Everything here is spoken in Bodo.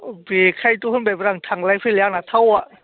बेनिखायनोथ' होनबायब्रा आं थांलाय फैलाय आंना थावा